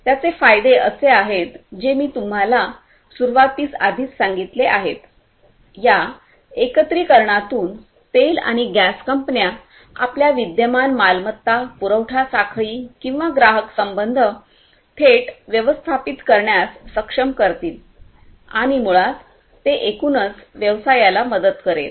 त्याचे फायदे असे आहेत जे मी तुम्हाला सुरूवातीस आधीच सांगितले आहेत या एकत्रिकरणातून तेल आणि गॅस कंपन्या आपल्या विद्यमान मालमत्ता पुरवठा साखळी किंवा ग्राहक संबंध थेट व्यवस्थापित करण्यास सक्षम असतील आणि मुळात ते एकूणच व्यवसायाला मदत करेल